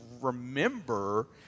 remember